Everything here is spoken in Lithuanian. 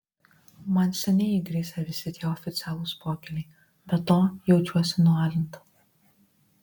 man seniai įgrisę visi tie oficialūs pokyliai be to jaučiuosi nualinta